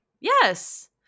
Yes